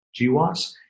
GWAS